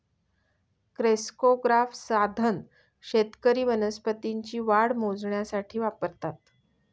crescograph साधन शेतकरी वनस्पतींची वाढ मोजण्यासाठी वापरतात